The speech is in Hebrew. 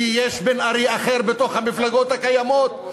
כי יש בן-ארי אחר בתוך המפלגות הקיימות,